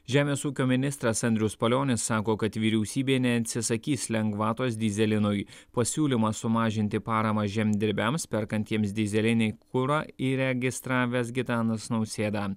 žemės ūkio ministras andrius palionis sako kad vyriausybė neatsisakys lengvatos dyzelinui pasiūlymą sumažinti paramą žemdirbiams perkantiems dyzelinį kurą įregistravęs gitanas nausėda